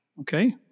Okay